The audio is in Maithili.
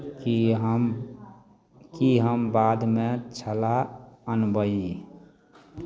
की हम की हम बादमे छला अनबै